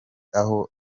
aho